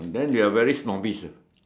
then they are very snobbish leh